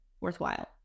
worthwhile